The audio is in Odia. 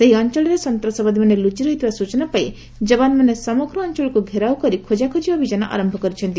ସେହି ଅଞ୍ଚଳରେ ସନ୍ତାସବାଦୀମାନେ ଲୁଚି ରହିଥିବାର ସ୍ୱଚନା ପାଇ ଯବାନମାନେ ସମଗ୍ର ଅଞ୍ଚଳକୁ ଘେରଉ କରି ଖୋକାଖୋଜି ଅଭିଯାନ ଆରମ୍ଭ କରିଛନ୍ତି